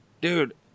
dude